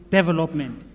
Development